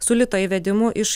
su lito įvedimu iš